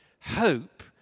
hope